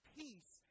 peace